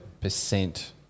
percent